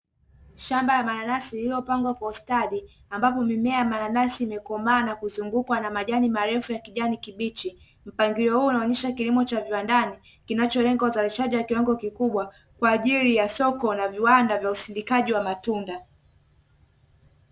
Shamba la mananasi yalilyo pandwa kwa ustadi, ambapo mimea ya mananasi imekomaa na kuzungukwa na majani ya rangi ya kijani kibichi. Mpangilio huu unaonesha kilimo cha viwandani unaolenga uzalishaji wa kiwango kikubwa kwa ya soko na viwanda vya usindikaji wa matunda.